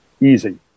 easy